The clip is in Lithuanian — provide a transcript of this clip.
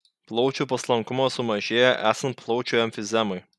plaučių paslankumas sumažėja esant plaučių emfizemai